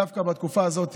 דווקא בתקופה הזאת,